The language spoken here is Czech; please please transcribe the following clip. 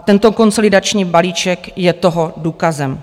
Tento konsolidační balíček je toho důkazem.